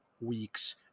weeks